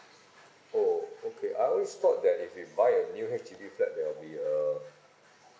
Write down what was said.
oh okay I always thought that if we buy a new H_D_B flat there will be uh